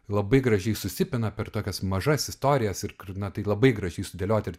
labai gražiai susipina per tokias mažas istorijas ir kur na tai labai gražiai sudėlioti